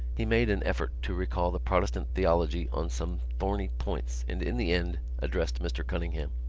he made an effort to recall the protestant theology on some thorny points and in the end addressed mr. cunningham.